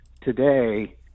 today